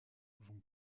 vont